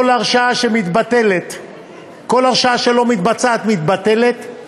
כל הרשאה שלא מתבצעת, מתבטלת.